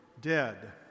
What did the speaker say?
dead